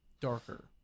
darker